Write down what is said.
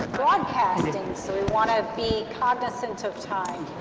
broadcasting, so we want to be cognizant of time.